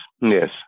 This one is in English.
yes